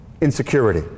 insecurity